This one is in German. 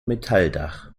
metalldach